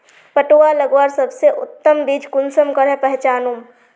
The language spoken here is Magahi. पटुआ लगवार सबसे उत्तम बीज कुंसम करे पहचानूम?